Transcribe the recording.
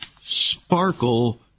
Sparkle